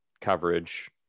coverage